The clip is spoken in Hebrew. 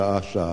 שעה-שעה.